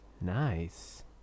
Nice